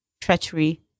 treachery